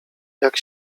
jak